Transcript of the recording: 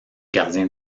gardiens